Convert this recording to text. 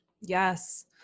Yes